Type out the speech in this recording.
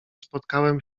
spotkałem